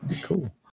cool